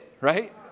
right